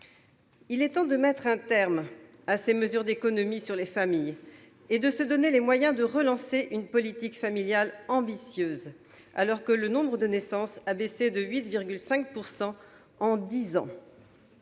Il est temps de mettre un terme à ces mesures d'économies sur les familles et de se donner les moyens de relancer une politique familiale ambitieuse, alors que le nombre de naissances a baissé de 8,5 % en dix ans.